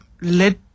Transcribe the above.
let